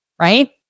right